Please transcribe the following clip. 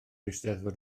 eisteddfod